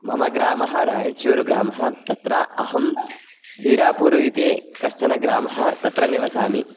मम ग्रामः रायचूरुग्रामः तत्र अहं हिरापुरु इति कश्चन ग्रामः तत्र निवसामि